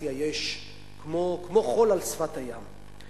קונספירציה יש כמו חול על שפת הים.